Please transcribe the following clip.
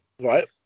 right